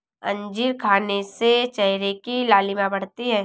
अंजीर खाने से चेहरे की लालिमा बढ़ती है